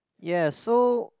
ya so